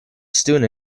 student